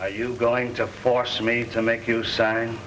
are you going to force me to make you sign